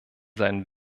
seinen